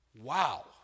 Wow